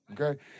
okay